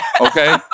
Okay